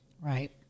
Right